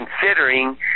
considering